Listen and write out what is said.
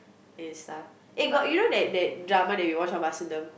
and stuff eh got you know that that drama we we watch on Vasantham